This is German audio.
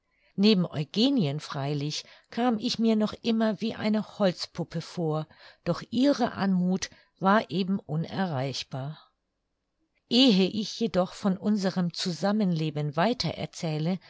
neben eugenien freilich kam ich mir noch immer wie eine holzpuppe vor doch ihre anmuth war eben unerreichbar ehe ich jedoch von unserem zusammenleben